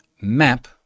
map